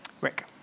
Rick